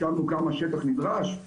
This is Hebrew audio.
המשרד לביטחון הפנים,